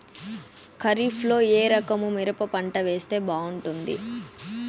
ఖరీఫ్ లో ఏ రకము మిరప పంట వేస్తే బాగుంటుంది